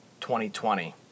2020